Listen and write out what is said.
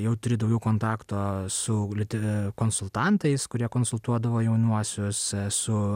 jau turi daugiau kontaktą su lite konsultantais kurie konsultuodavo jaunuosius su